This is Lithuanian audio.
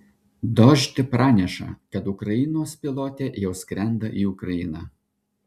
dožd praneša kad ukrainos pilotė jau skrenda į ukrainą